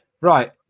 Right